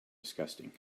disgusting